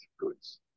goods